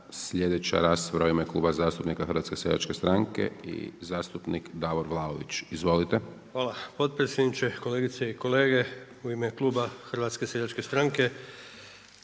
Sljedeća rasprava u ime Kluba zastupnika Hrvatske seljačke stranke i zastupnik Davor Vlaović. Izvolite. **Vlaović, Davor (HSS)** Hvala potpredsjedniče. Kolegice i kolege, u ime Kluba Hrvatske seljačke stranke